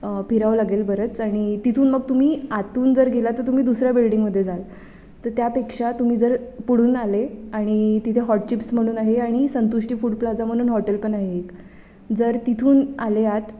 फिरावं लागेल बरंच आणि तिथून मग तुम्ही आतून जर गेला तर तुम्ही दुसऱ्या बिल्डिंगमध्ये जाल तर त्यापेक्षा तुम्ही जर पुढून आले आणि तिथे हॉट चिप्स म्हणून आहे आणि संतुष्टी फूड प्लाजा म्हणून हॉटेल पण आहे एक जर तिथून आले आत